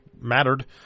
mattered